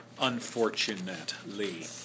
Unfortunately